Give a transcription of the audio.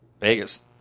Vegas